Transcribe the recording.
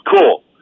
Cool